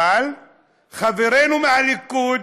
אבל חברינו מהליכוד,